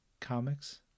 comics